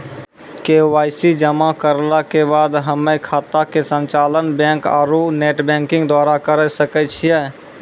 KYC जमा करला के बाद हम्मय खाता के संचालन बैक आरू नेटबैंकिंग द्वारा करे सकय छियै?